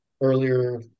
earlier